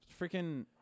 freaking